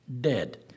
dead